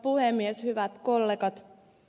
hyvät kollegat